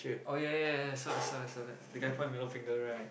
oh ya ya ya I saw that saw that saw that the guy point middle finger right